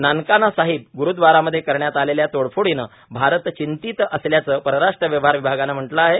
नानकाना साहिब ग्रुदवारामध्ये करण्यात आलेल्या तोडफोडीनं भारत चिंतीत असल्याचं परराष्ट्र व्यवहार विभागानं म्हटलं आहे